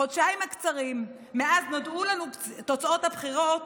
בחודשיים הקצרים מאז נודעו לנו תוצאות הבחירות